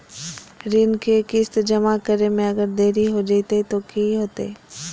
ऋण के किस्त जमा करे में अगर देरी हो जैतै तो कि होतैय?